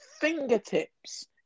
fingertips